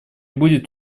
будет